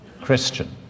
Christian